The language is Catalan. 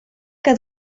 que